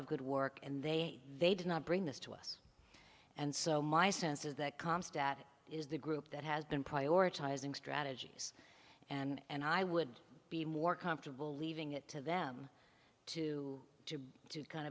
of good work and they they did not bring this to us and so my sense is that com stat is the group that has been prioritizing strategies and i would be more comfortable leaving it to them to to kind